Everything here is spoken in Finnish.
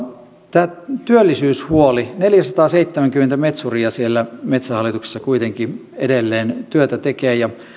tämä työllisyyshuoli neljäsataaseitsemänkymmentä metsuria siellä metsähallituksessa kuitenkin edelleen työtä tekee ja